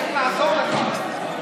אין נמנעים.